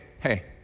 hey